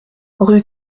rue